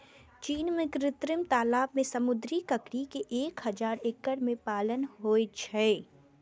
चीन मे कृत्रिम तालाब मे समुद्री ककड़ी के एक हजार एकड़ मे पालन होइ छै